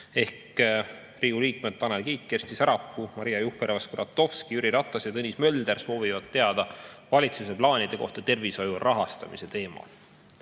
Ehk Riigikogu liikmed Tanel Kiik, Kersti Sarapuu, Maria Jufereva-Skuratovski, Jüri Ratas ja Tõnis Mölder soovivad teada valitsuse plaanide kohta tervishoiu rahastamise